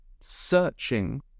searching